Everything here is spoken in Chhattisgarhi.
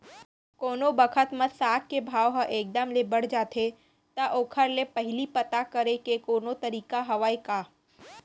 कोनो बखत म साग के भाव ह एक दम ले बढ़ जाथे त ओखर ले पहिली पता करे के कोनो तरीका हवय का?